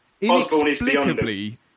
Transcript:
inexplicably